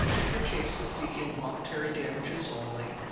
if your case is seeking monetary damages only,